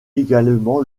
également